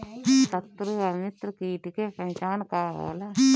सत्रु व मित्र कीट के पहचान का होला?